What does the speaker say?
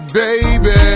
baby